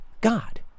God